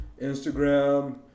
Instagram